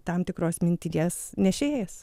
tam tikros minties nešėjas